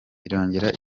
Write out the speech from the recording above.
irongera